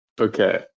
okay